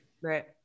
right